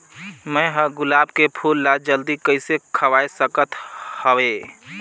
मैं ह गुलाब के फूल ला जल्दी कइसे खवाय सकथ हवे?